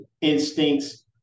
instincts